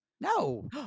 No